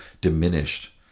diminished